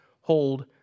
hold